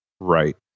Right